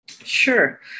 Sure